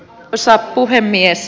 arvoisa puhemies